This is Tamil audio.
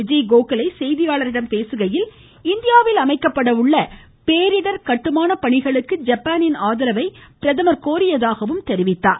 விஜய் கோகலே செய்தியாளர்களிடம் பேசுகையில் இந்தியாவில் அமைக்கப்பட உள்ள பேரிடர் கட்டுமான பணிகளுக்கு ஜப்பானின் ஆதரவை பிரதமர் கோரியதாக தெரிவித்தார்